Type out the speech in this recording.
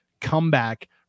comeback